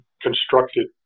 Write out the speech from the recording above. constructed